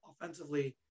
offensively